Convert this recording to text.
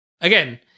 Again